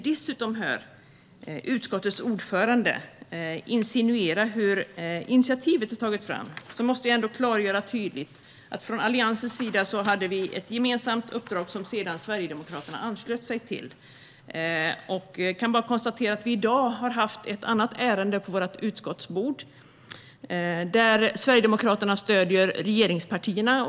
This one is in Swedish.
Dessutom kan vi höra utskottets ordförande insinuera om hur initiativet har tagits fram. Då måste jag tydligt klargöra att vi från Alliansen hade ett gemensamt uppdrag som sedan Sverigedemokraterna anslöt sig till. I dag har vi haft ett annat ärende på vårt utskottsbord där Sverigedemokraterna stöder regeringspartierna.